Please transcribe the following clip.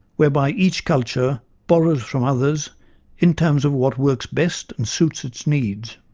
whereby each culture borrows from others in terms of what works best and suits its needs.